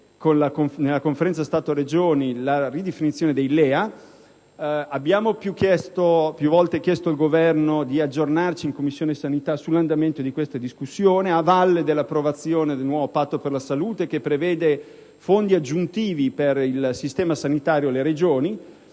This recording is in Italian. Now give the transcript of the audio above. nella Conferenza Stato-Regioni; abbiamo più volte chiesto al Governo di aggiornarci in Commissione sanità sull'andamento di questa discussione, a valle dell'approvazione del nuovo Patto per la salute, che prevede fondi aggiuntivi per il sistema sanitario e le Regioni.